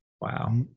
Wow